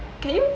can you